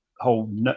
whole